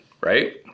Right